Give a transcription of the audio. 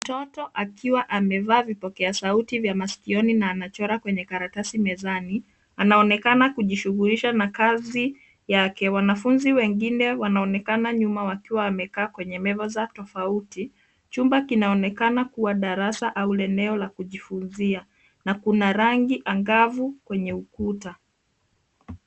Mtoto akiwa amevaa vipokea sauti vya masikioni na anachora kwenye karatasi mezani. Anaonekana kujishughulisha na kazi yake. Wanafunzi wengine wanaonekana nyuma wakiwa wamekaa kwenye meza tofauti. Chumba kinaonekana kuwa darasa au eneo la kujifunzia na kuna rangi angavu kwenye ukuta.